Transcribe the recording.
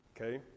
Okay